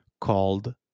called